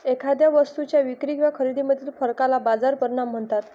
एखाद्या वस्तूच्या विक्री किंवा खरेदीमधील फरकाला बाजार परिणाम म्हणतात